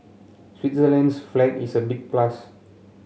Switzerland's flag is a big plus